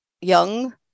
Young